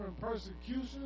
persecution